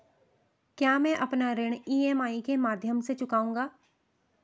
क्या मैं अपना ऋण ई.एम.आई के माध्यम से चुकाऊंगा?